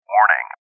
Warning